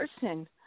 person